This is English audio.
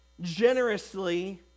generously